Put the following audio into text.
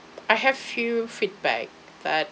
I have few feedback that